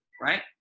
right